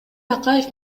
акаев